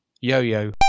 Yo-yo